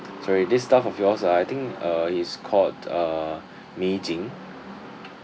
sorry this staff of yours I think uh he is called uh mei jing